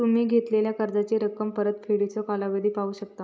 तुम्ही घेतलेला कर्जाची रक्कम, परतफेडीचो कालावधी पाहू शकता